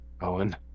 Owen